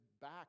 back